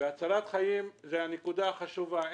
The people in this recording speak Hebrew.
והצלת חיים היא הנקודה החשובה.